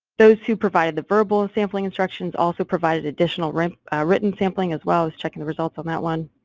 those who provided the verbal sampling instructions also provided additional written written sampling as well as checking the results on that one,